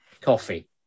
coffee